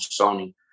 Sony